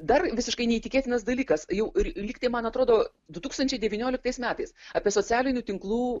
dar visiškai neįtikėtinas dalykas jau ir lyg tai man atrodo du tūkstančiai devynioliktais metais apie socialinių tinklų